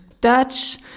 Dutch